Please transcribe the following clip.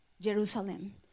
Jerusalem